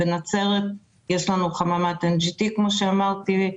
בנצרת יש לנו חממת NGT, כמו שאמרתי.